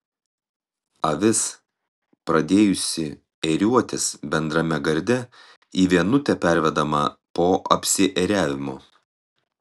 avis pradėjusi ėriuotis bendrame garde į vienutę pervedama po apsiėriavimo